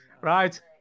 Right